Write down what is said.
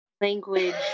language